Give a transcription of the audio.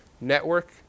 network